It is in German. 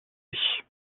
sich